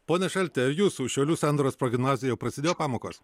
pone šalti ar jūsų šiaulių sandoros progimnazijoje jau prasidėjo pamokos